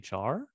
HR